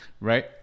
right